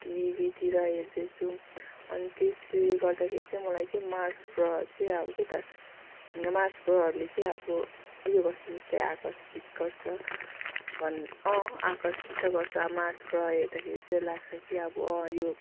टिभीतिर हेर्दैछौँ अनि त्यसले गर्दाखेरि चाहिँ मलाई चाहिँ मार्स ग्रह चाहिँ अब के त मार्स ग्रहले चाहिँ अब उयो गर्छ जस्तै आकर्षित गर्छ अनि अँ आकर्षित त गर्छ अब मार्स ग्रह हेर्दाखेरि चाहिँ लाग्छ कि अब अँ यो